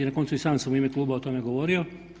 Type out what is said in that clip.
Na koncu i sam sam u ime kluba o tome govorio.